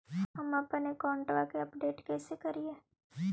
हमपन अकाउंट वा के अपडेट कैसै करिअई?